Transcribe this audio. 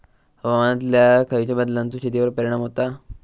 हवामानातल्या खयच्या बदलांचो शेतीवर परिणाम होता?